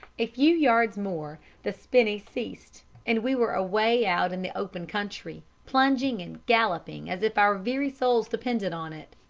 a few yards more the spinney ceased, and we were away out in the open country, plunging and galloping as if our very souls depended on it.